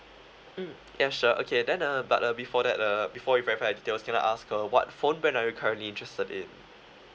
mm yup sure okay then uh but uh before that uh before we verify your details can I ask uh what phone brand are you currently interested in